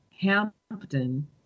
Hampton